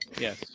Yes